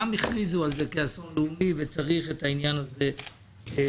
כולם הכריזו על זה כאסון לאומי וצריך את העניין הזה לפתור.